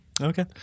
Okay